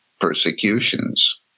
persecutions